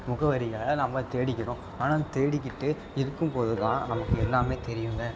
முகவரியை நம்ம தேடிக்கிறோம் ஆனால் தேடிக்கிட்டு இருக்கும்போது தான் நமக்கு எல்லாமே தெரியுங்க